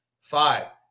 Five